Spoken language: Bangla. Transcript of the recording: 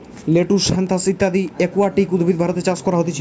লেটুস, হ্যাসান্থ ইত্যদি একুয়াটিক উদ্ভিদ ভারতে চাষ করা হতিছে